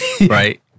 Right